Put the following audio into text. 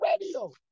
radio